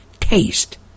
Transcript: taste